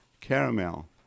caramel